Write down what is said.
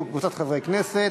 עברה בקריאה